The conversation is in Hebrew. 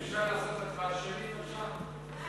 אפשר לעשות הצבעה שמית בבקשה?